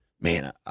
man